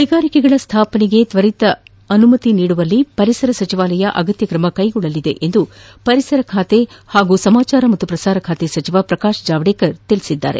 ಕೈಗಾರಿಕೆಗಳ ಸ್ವಾಪನಗೆ ತ್ವರಿತ ಅನುಮತಿ ನೀಡುವಲ್ಲಿ ಪರಿಸರ ಸಚಿವಾಲಯ ಅಗತ್ತ ಕ್ರಮ ಕೈಗೊಳ್ಳಲಿದೆ ಎಂದು ಪರಿಸರ ಹಾಗೂ ಸಮಜಾರ ಮತ್ತು ಪ್ರಸಾರ ಖಾತೆ ಸಚಿವ ಪ್ರಕಾಶ್ ಜಾವಡೇಕರ್ ತಿಳಿಸಿದ್ದಾರೆ